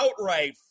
outright